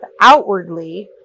outwardly